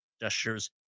gestures